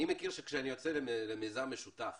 אני יודע שכשאני יוצא למיזם משותף